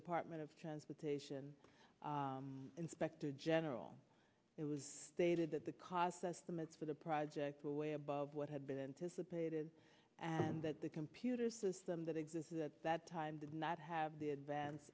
department of transportation inspector general it was stated that the cost estimates for the project are way above what had been anticipated and that the computer system that existed at that time did not have the advance